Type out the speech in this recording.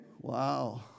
Wow